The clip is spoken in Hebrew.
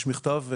יש מכתב,